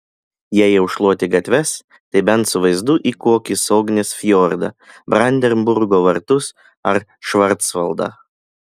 jei jau šluoti gatves tai bent su vaizdu į kokį sognės fjordą brandenburgo vartus ar švarcvaldą